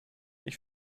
ich